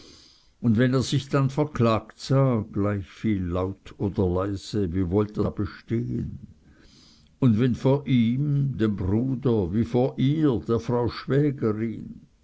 und wenn er sich dann verklagt sah gleichviel laut oder leise wie wollt er da bestehen und wenn vor ihm dem bruder wie vor ihr der frau schwägerin